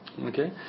Okay